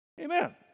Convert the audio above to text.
Amen